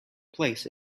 place